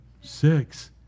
Six